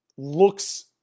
looks